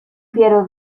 fiero